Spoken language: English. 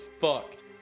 fucked